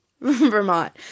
Vermont